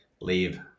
leave